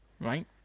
right